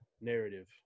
narrative